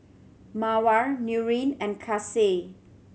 Mawar Nurin and Kasih